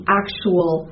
actual